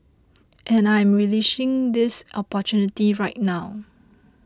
and I am relishing this opportunity right now